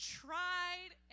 tried